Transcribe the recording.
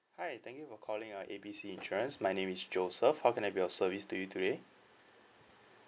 hi thank you for calling uh A B C insurance my name is joseph how can I be your service to you today